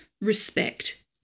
Respect